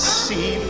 see